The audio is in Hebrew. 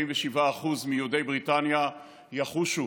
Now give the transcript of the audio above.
47% מיהודי בריטניה יחושו